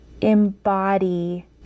embody